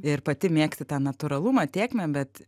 ir pati mėgsti tą natūralumą tėkmę bet